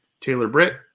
Taylor-Britt